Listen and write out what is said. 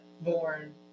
born